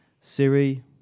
Siri